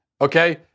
Okay